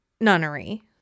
nunnery